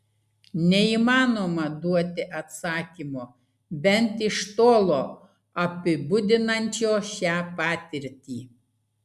neįmanoma duoti atsakymo bent iš tolo apibūdinančio šią patirtį